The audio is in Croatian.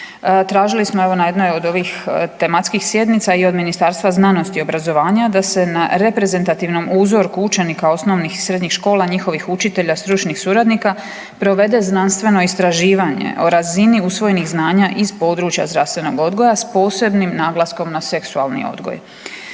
Tražili smo evo na jednoj od ovih tematskih sjednica i od Ministarstva znanosti i obrazovanja da se reprezentativnom uzroku učenika osnovnih i srednjih škola, njihovih učitelja stručnih suradnika provede znanstveno istraživanje o razini usvojenih znanja iz područja zdravstvenog odgoja s posebnim naglaskom na seksualni odgoj.